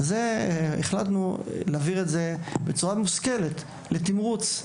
החלטנו, בצורה מושכלת, להעביר את זה לתמרוץ.